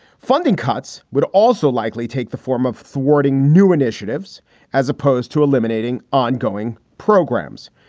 funding cuts would also likely take the form of thwarting new initiatives as opposed to eliminating ongoing programs.